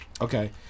Okay